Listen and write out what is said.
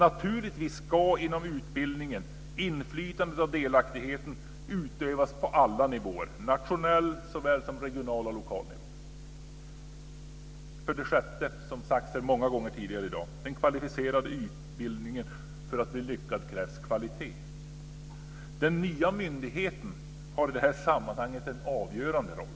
Naturligtvis ska inflytandet och delaktigheten inom utbildningen utövas på alla nivåer, såväl nationellt som regionalt och lokalt. 6. För att den kvalificerade yrkesutbildningen ska bli lyckad krävs det kvalitet, vilket sagts här många gånger tidigare i dag. Den nya myndigheten spelar i det sammanhanget en avgörande roll.